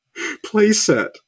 playset